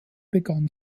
begannen